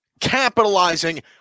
capitalizing